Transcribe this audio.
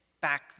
back